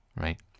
right